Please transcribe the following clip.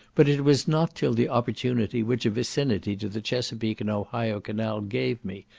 but it was not till the opportunity which a vicinity to the chesapeake and ohio canal gave me,